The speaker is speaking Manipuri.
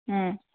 ꯑꯪ